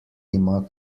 ima